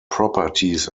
properties